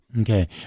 Okay